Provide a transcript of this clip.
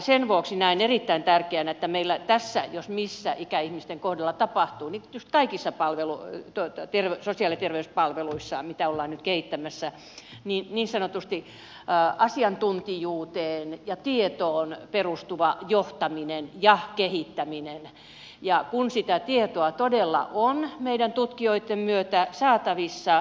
sen vuoksi näen erittäin tärkeänä että meillä tässä jos missä ikäihmisten kohdalla tapahtuu niin kuin tietysti kaikissa sosiaali ja terveyspalveluissa mitä ollaan nyt kehittämässä niin sanotusti asiantuntijuuteen ja tietoon perustuvaa johtamista ja kehittämistä kun sitä tietoa todella on meillä tutkijoitten myötä saatavissa